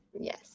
Yes